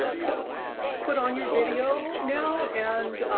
put put on your video now and